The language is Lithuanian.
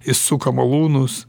jis suka malūnus